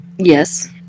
Yes